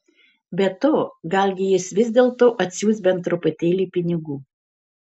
be to galgi jis vis dėlto atsiųs bent truputėlį pinigų